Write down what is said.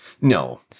No